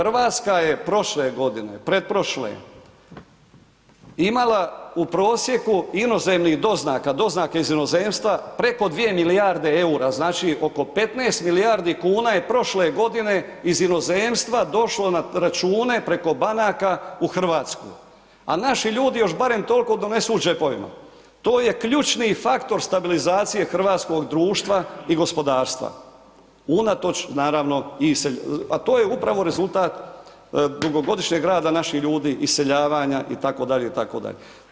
RH je prošle godine, pretprošle imala u prosjeku inozemnih doznaka, doznake iz inozemstva preko dvije milijarde EUR-a, znači, oko 15 milijardi kuna je prošle godine iz inozemstva došlo na račune preko banaka u RH, a naši ljudi još barem tolko donesu u džepovima, to je ključni faktor stabilizacije hrvatskog društva i gospodarstva, unatoč naravno i, a to je upravo rezultat dugogodišnjeg rada naših ljudi, iseljavanja itd., itd.